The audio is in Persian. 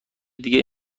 دیگه